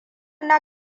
na